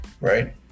right